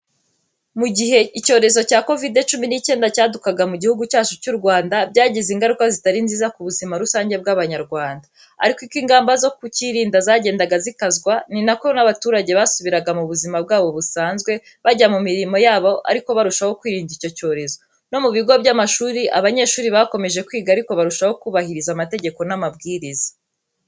Mu gihe icyorezo cya kovidi cumi n'icyenda cyadukaga mu gihugu cyacu cy'u Rwanda, byagize ingaruka zitari nziza ku buzima rusange bw'Abanyarwanda. Ariko uko ingamba zo kukirinda zagendaga zikazwa n'inako abaturage basubiraga mu buzima bwabo busanzwe, bajya mu mirimo yabo ariko barushaho kwirinda icyo cyorezo. No mu bigo by'amashuri abanyeshuri bakomeje kwiga ariko barushaho kubahiriza amategeko n'amabwiriza.